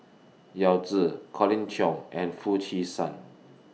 Yao Zi Colin Cheong and Foo Chee San